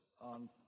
on